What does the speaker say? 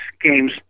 games